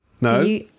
No